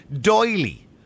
doily